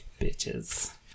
Bitches